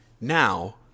Now